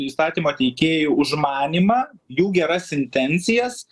įstatymo teikėjų užmanymą jų geras intencijas